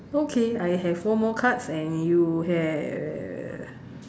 okay I have one more cards and you have